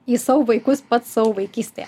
į savo vaikus pats savo vaikystėje